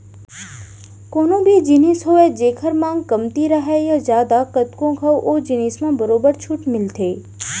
कोनो भी जिनिस होवय जेखर मांग कमती राहय या जादा कतको घंव ओ जिनिस मन म बरोबर छूट मिलथे